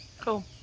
Cool